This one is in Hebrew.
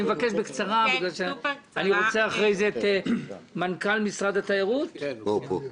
אני מבקש בקצרה בגלל אני רוצה אחרי זה שמנכ"ל משרד התיירות ידבר.